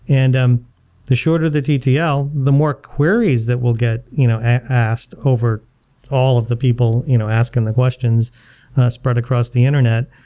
and um the shorter the ttl, the queries that will get you know asked over all of the people you know asking the questions spread across the internet.